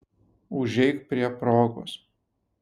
užeik prie progos